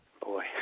Boy